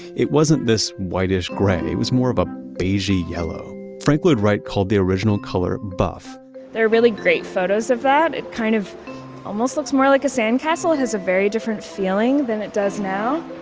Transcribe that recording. it wasn't this whitish gray, it was more of a beige yellow. frank lloyd wright called the original color buff there are really great photos of that. it kind of almost looks more like a sandcastle has a very different feeling than it does now